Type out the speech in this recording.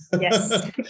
Yes